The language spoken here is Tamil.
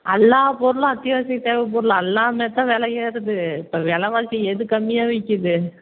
எல்லா பொருளும் அத்தியாவசிய தேவைப் பொருள் எல்லாமே தான் விலை ஏறுது இப்போ விலைவாசி எது கம்மியாக விற்கிது